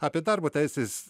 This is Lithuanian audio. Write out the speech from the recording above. apie darbo teisės